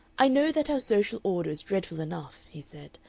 i know that our social order is dreadful enough, he said,